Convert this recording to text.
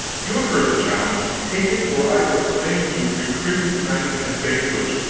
you have heard the challenge. take it, or i proclaim you recreant knights and vanquished,